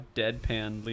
deadpan